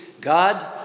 God